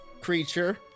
creature